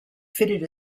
fitted